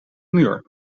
muur